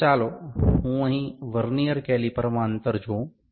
તો ચાલો હું અહીં વર્નીઅર કેલિપરમાં અંતર જોઉં